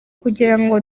kugirango